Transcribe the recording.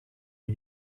are